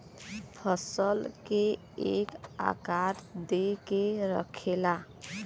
फसल के एक आकार दे के रखेला